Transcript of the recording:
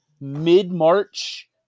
mid-march